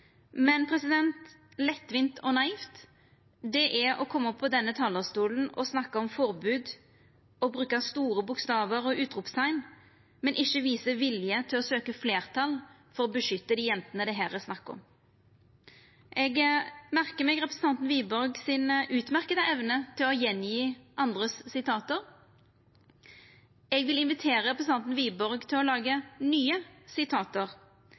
Men lettvint og naivt – det er å koma opp på denne talarstolen og snakka om forbod og bruka store bokstavar og utropsteikn, men ikkje visa vilje til å søkja fleirtal for å beskytta dei jentene det er snakk om her. Eg merkar meg representanten Wiborg si utmerkte evne til å referera sitat frå andre. Eg vil invitera representanten Wiborg til å laga nye